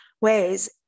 ways